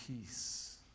peace